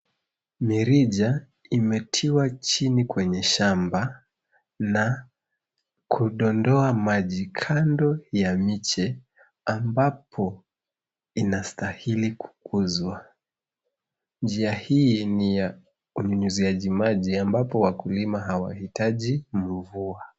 Mirija imetiwa chini kwenye shamba na kudondoa maji kando ya miche ambapo inastahili kukuzwa. Njia hii ni ya unyunyuziaji maji ambapo wakulima hawahitaji mvua.